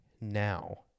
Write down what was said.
now